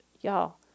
Y'all